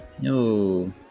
no